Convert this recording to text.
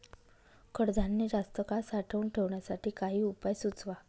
कडधान्य जास्त काळ साठवून ठेवण्यासाठी काही उपाय सुचवा?